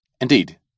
indeed